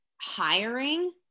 hiring